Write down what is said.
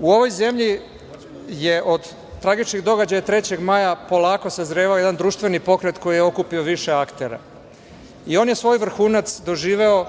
ovoj zemlji je od tragičnih događaja 3. maja polako sazrevao jedan društveni pokret koji je okupio više aktera i on je svoj vrhunac doživeo